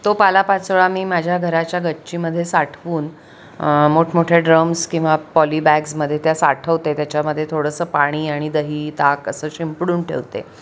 तो पालापाचोळा मी माझ्या घराच्या गच्चीमध्ये साठवून मोठमोठ्या ड्रम्स किंवा पॉलीबॅग्समध्ये त्या साठवते त्याच्यामध्ये थोडंसं पाणी आणि दही ताक असं शिंपडून ठेवते